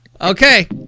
Okay